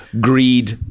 greed